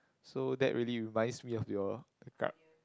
so that really reminds me of your the ka~